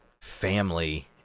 family